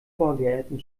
vorgärten